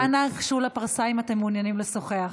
חברים, אנא, גשו לפרסה אם אתם מעוניינים לשוחח.